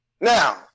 Now